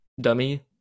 dummy